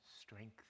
strength